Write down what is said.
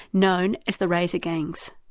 known as the razor gangs.